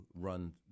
run